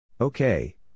okay